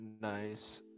nice